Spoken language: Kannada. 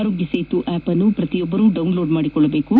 ಆರೋಗ್ಯ ಸೇತು ಆಪ್ಅನ್ನು ಪ್ರತಿಯೊಬ್ಬರು ಡೌನ್ ಲೋಡ್ ಮಾಡಿಕೊಳ್ಳಬೇಕು